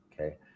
Okay